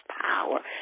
power